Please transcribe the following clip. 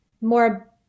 more